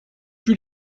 plus